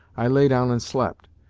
i lay down and slept.